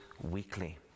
weekly